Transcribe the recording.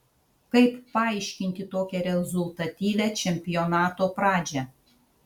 kaip paaiškinti tokią rezultatyvią čempionato pradžią